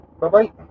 Bye-bye